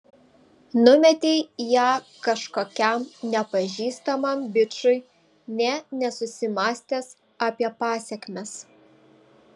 numetei ją kažkokiam nepažįstamam bičui nė nesusimąstęs apie pasekmes